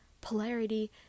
polarity